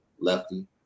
Lefty